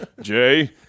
Jay